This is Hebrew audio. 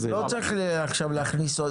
לא צריך עכשיו להכניס עוד,